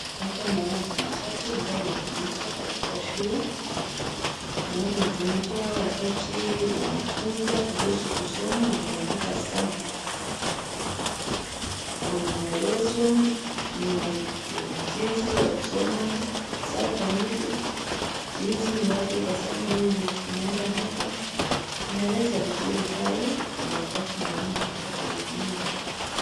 Hapa naona kuna chati ambayo inatumika katika shule. Na hi inatumika wakati wanafunza kuhusu kusoma na kuandika saa. Wanaelezwa jinsi ya kusoma, saa kamili, jinsi ni wapi utasema huyu umeenda hapa. Inaeleza vizuri pale, na wakati mwalimu atakapoitumia.